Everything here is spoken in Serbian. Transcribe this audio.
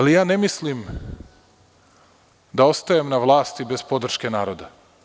Ja ne mislim da ostajem na vlasti bez podrške naroda.